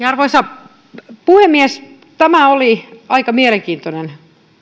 arvoisa puhemies tämä oli aika mielenkiintoinen